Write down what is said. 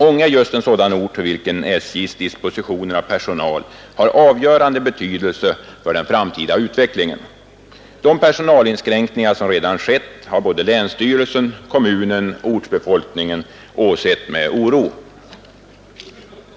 Ånge är just en sådan ort, för vilken SJ:s dispositioner av personal har avgörande betydelse för den framtida utvecklingen. De personalinskränkningar som redan skett har såväl länsstyrelsen som kommunen och ortsbefolkningen åsett med oro.